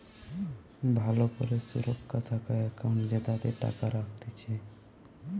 ভালো করে সুরক্ষা থাকা একাউন্ট জেতাতে টাকা রাখতিছে